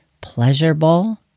pleasurable